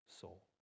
soul